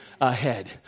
ahead